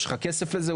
יש לך כסף לזה,